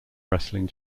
wrestling